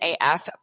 AF